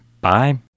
Bye